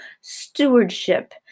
stewardship